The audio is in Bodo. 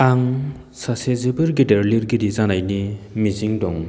आं सासे जोबोर गिदिर लिरगिरि जानायनि मिजिं दं